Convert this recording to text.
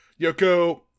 Yoko